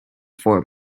for